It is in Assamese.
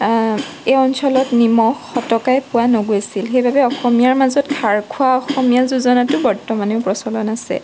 এই অঞ্চলত নিমখ সতকাই পোৱা নগৈছিল সেইবাবে অসমীয়াৰ মাজত খাৰখোৱা অসমীয়া যোজনাতো বৰ্তমানেও প্ৰচলন আছে